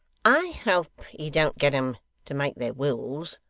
i hope he don't get em to make their wills,